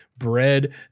bread